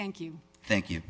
thank you thank you